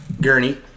gurney